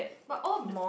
but all